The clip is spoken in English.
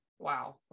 Wow